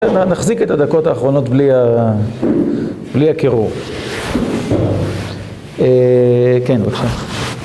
נחזיק את הדקות האחרונות בלי הקירור. כן, בבקשה.